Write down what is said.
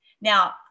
Now